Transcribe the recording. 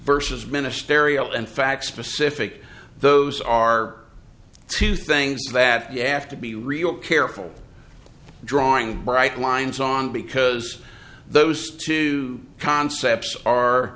versus ministerial and facts specific those are two things that you have to be real careful drawing bright lines on because those two concepts are